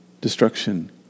destruction